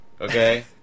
okay